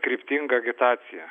kryptinga agitacija